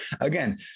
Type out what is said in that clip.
again